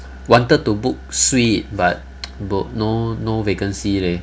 wanted to book suite but bo no no vacancy leh